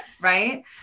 right